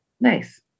Nice